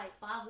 five